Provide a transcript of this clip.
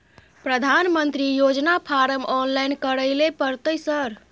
प्रधानमंत्री योजना form online करैले परतै सर?